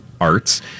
arts